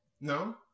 No